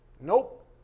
Nope